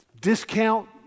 discount